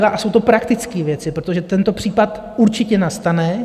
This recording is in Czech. A jsou to praktické věci, protože tento případ určitě nastane.